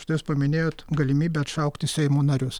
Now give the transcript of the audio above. štai jūs paminėjot galimybę atšaukti seimo narius